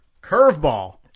Curveball